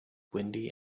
windy